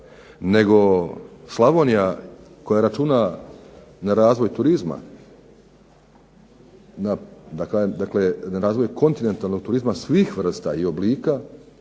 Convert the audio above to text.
nego Slavonija koja računa na razvoj turizma, na razvoj kontinentalnog turizma svih vrsta i oblika